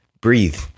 breathe